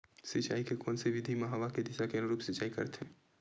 सिंचाई के कोन से विधि म हवा के दिशा के अनुरूप सिंचाई करथे?